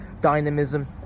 dynamism